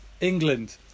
England